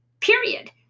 period